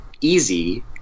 easy